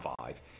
five